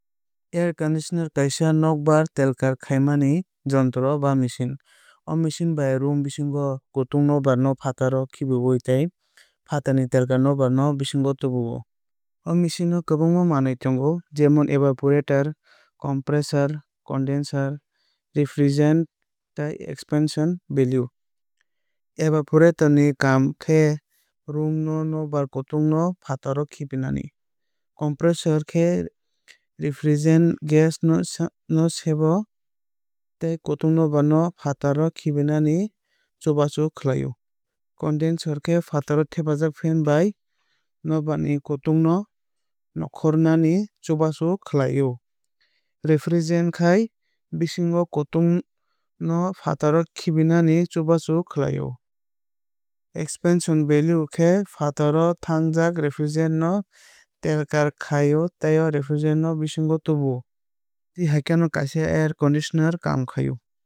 Air conditioner khe kaisa nokbar telkar khaima jontro ba machine. O machine bai room bisingni kutung nokbar no fataro khibiwu tei fatarni telkar nokbar no bisingo tubu o. O machine o kwbangma manwui tongo jemon evaporator compressor condenser refrigerant tei expansion valve. Evaporator ni kaam khe room ni nokbar kutung no fataro khibinani. Compressor khe refrigerant gas no sebo tei kutung nokbar no fataro khibinani chubachu khai o. Condenser khe fataro thepajak fen bai nokbar ni kutung no nongkhor nani chubachu khai o. Refrigerant khe bisingni kutung no fataro khibinani chubachu khai o. Expansion valve khe fataro thangjak refrigerant no telkar khai o tei o refrigerant o bisingo tubu o. Amtwui hai khe no kaisa air conditioner kaam khlai o.